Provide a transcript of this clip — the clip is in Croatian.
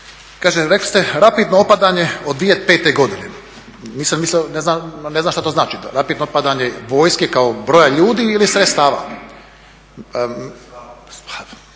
Kaže rekli ste rapidno opadanje od 2005. godine, nisam mislio, ne znam šta to znači rapidno padanje vojske kao broja ljudi ili sredstava? To je tako.